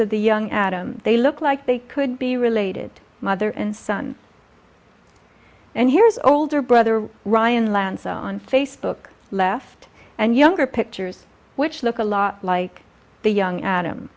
of the young adam they look like they could be related mother and son and here is older brother ryan lanza on facebook left and younger pictures which look a lot like the young adam